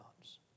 gods